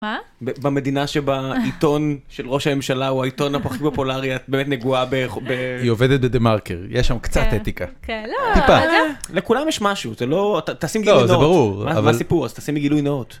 מה? במדינה שבעיתון של ראש הממשלה הוא העיתון הכי פופולרי באמת נגוע ב... היא עובדת בדה מרקר, יש שם קצת אתיקה. כן, לא. טיפה, לכולם יש משהו, זה לא, אתה תשים גילוי נאות, מה הסיפור, אז תשים לי גילוי נאות.